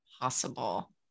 possible